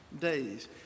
days